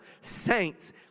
saints